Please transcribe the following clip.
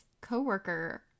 co-worker